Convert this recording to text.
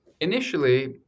initially